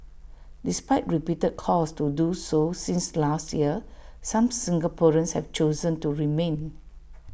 despite repeated calls to do so since last year some Singaporeans have chosen to remain